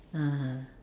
(uh huh)